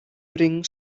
bring